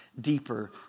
deeper